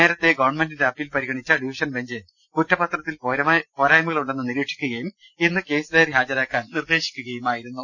നേരത്തെ ഗവൺമെന്റിന്റെ അപ്പീൽ പരിഗണിച്ച ഡിവിഷൻ ബെഞ്ച് കുറ്റപത്രത്തിൽ പോരായ്മകളുണ്ടെന്ന് നിരീക്ഷിക്കുകയും ഇന്ന് കേസ് ഡയറി ഹാജരാക്കാൻ നിർദേശിക്കുകയുമായിരുന്നു